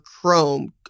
chrome